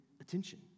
attention